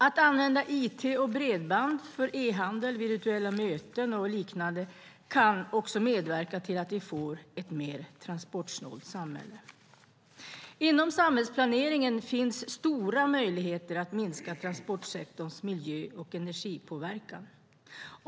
Att använda it och bredband för e-handel, virtuella möten och liknande kan också medverka till att vi får ett mer transportsnålt samhälle. Inom samhällsplaneringen finns stora möjligheter att minska transportsektorns miljö och energipåverkan.